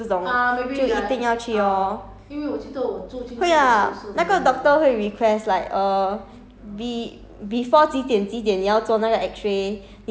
它有晚上去 I think if err urgent cases 这种 I_C_U 这种就一定要去 lor 会 lah 那个 doctor 会 request like err